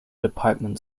department